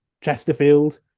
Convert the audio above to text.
Chesterfield